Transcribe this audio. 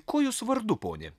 kuo jūs vardu pone